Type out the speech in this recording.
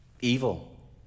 evil